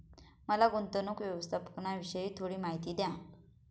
मला गुंतवणूक व्यवस्थापनाविषयी थोडी माहिती द्या